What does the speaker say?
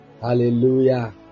Hallelujah